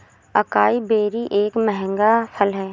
acai berry एक महंगा फल है